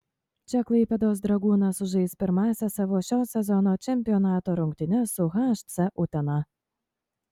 čia klaipėdos dragūnas sužais pirmąsias savo šio sezono čempionato rungtynes su hc utena